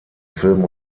film